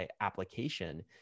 application